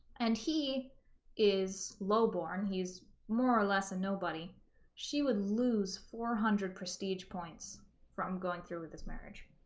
and he is lowborn he's more or less a nobody she would lose four hundred prestige points from going through with this marriage